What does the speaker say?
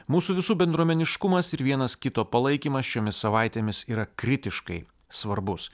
mūsų visų bendruomeniškumas ir vienas kito palaikymas šiomis savaitėmis yra kritiškai svarbus